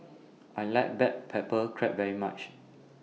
I like Black Pepper Crab very much